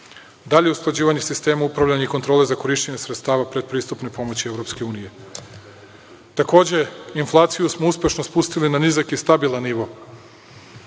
Dalje, usklađivanje sistema upravljanja i kontrole za korišćenje sredstava predpristupne pomoći EU.Takođe, inflaciju smo uspešno spustili na nizak i stabilan nivo.